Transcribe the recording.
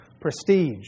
prestige